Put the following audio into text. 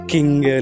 King